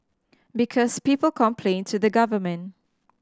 because people complain to the government